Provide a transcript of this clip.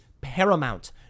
paramount